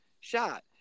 shot